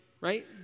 right